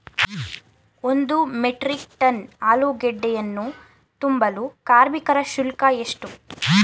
ಒಂದು metric ton ಆಲೂಗೆಡ್ಡೆಯನ್ನು ತುಂಬಲು ಕಾರ್ಮಿಕರ ಶುಲ್ಕ ಎಷ್ಟು?